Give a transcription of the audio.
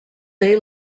day